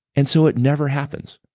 and so it never happens